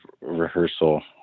rehearsal